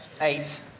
eight